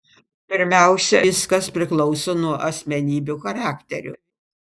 pirmiausia viskas priklauso nuo asmenybių charakterių